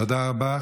תודה רבה.